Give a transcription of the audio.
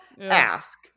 ask